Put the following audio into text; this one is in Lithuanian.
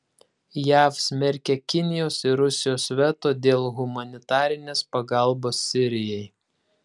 jav smerkia kinijos ir rusijos veto dėl humanitarinės pagalbos sirijai